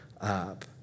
up